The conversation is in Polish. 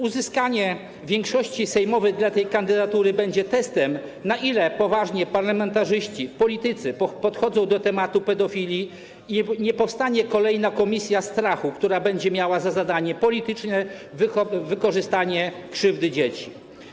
Uzyskanie większości sejmowej dla tej kandydatury będzie testem, na ile poważnie parlamentarzyści, politycy podchodzą do tematu pedofilii i czy nie powstanie kolejna komisja strachu, która będzie miała za zadanie polityczne wykorzystanie krzywdy dzieci.